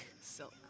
Silk